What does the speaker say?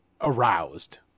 aroused